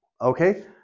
Okay